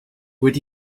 would